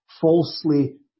falsely